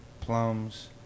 plums